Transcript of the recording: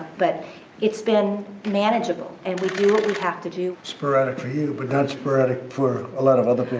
but it's been manageable, and we do what we have to do. sporadic for you, but not sporadic for a lot of other